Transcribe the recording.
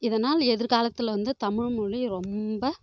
இதனால் எதிர்காலத்தில் வந்து தமிழ்மொழி ரொம்ப